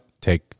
Take-